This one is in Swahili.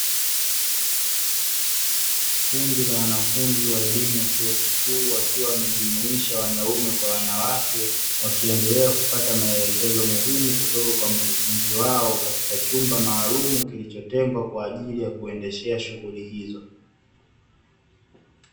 Kundi la wanafunzi wa elimu ya chuo kikuu, wakiwa wamejumuisha wanaume kwa wanawake, wakiendelea kupata maelekezo muhimu kutoka kwa mkufunzi wao katika chumba maalumu kilichotengwa kwa ajili ya kuendeshea shughuli hizo.